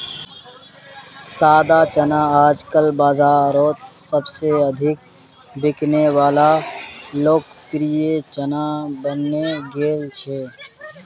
सादा चना आजकल बाजारोत सबसे अधिक बिकने वला लोकप्रिय चना बनने गेल छे